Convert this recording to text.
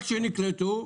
שנקלטו.